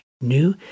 new